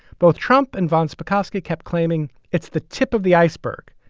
both trump and von spakovsky kept claiming it's the tip of the iceberg.